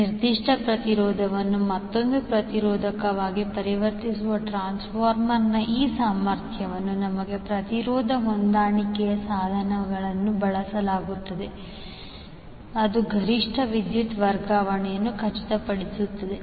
ನಿರ್ದಿಷ್ಟ ಪ್ರತಿರೋಧವನ್ನು ಮತ್ತೊಂದು ಪ್ರತಿರೋಧವಾಗಿ ಪರಿವರ್ತಿಸುವ ಟ್ರಾನ್ಸ್ಫಾರ್ಮರ್ನ ಈ ಸಾಮರ್ಥ್ಯವು ನಮಗೆ ಪ್ರತಿರೋಧ ಹೊಂದಾಣಿಕೆಯ ಸಾಧನಗಳನ್ನು ಒದಗಿಸುತ್ತದೆ ಅದು ಗರಿಷ್ಠ ವಿದ್ಯುತ್ ವರ್ಗಾವಣೆಯನ್ನು ಖಚಿತಪಡಿಸುತ್ತದೆ